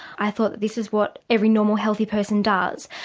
i thought this is what every normal healthy person does.